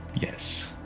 yes